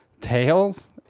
Tails